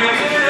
בנימין נתניהו.